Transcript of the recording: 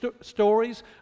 stories